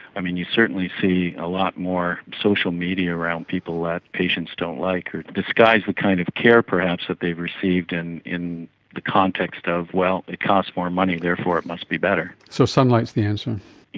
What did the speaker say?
i mean, you certainly see a lot more social media around people that patients don't like, or disguise the kind of care perhaps that they've received in in the context of, well, it cost more money therefore it must be better. so sunlight the answer. yes.